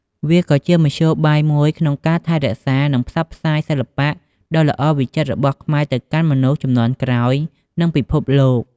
វាក៏ជាមធ្យោបាយមួយក្នុងការថែរក្សា និងផ្សព្វផ្សាយសិល្បៈដ៏ល្អវិចិត្ររបស់ខ្មែរទៅកាន់មនុស្សជំនាន់ក្រោយ និងពិភពលោក។